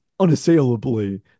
unassailably